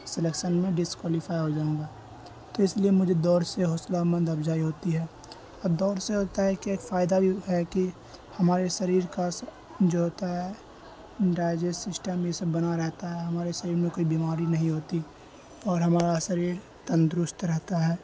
selection میں disqualify ہو جاؤں گا تو اس لیے مجھے دوڑ سے حوصلہ مند افزائی ہوتی ہے اب دور سے ہوتا ہے کہ ایک فائدہ بھی ہے کہ ہمارے شریر کا جو ہوتا ہے ڈائجیسٹ سسٹم یہ سب بنا رہتا ہے ہمارے شریر میں کوئی بیماری نہیں ہوتی اور ہمارا شریر تندرست رہتا ہے